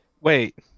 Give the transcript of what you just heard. Wait